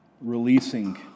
releasing